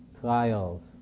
trials